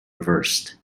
reversed